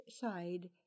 side